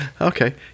Okay